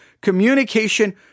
communication